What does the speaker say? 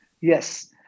Yes